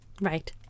Right